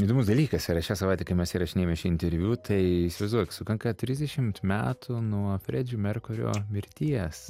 įdomus dalykas yra šią savaitę kai mes įrašinėjame šį interviu tai įsivaizduok sukanka trisdešimt metų nuo fredžio merkurio mirties